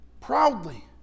proudly